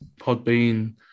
Podbean